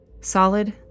Solid